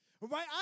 right